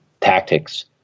tactics